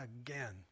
again